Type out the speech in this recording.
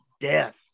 death